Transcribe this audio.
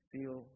Feel